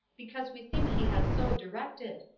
because we think he has so directed.